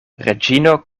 reĝino